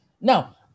Now